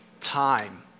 time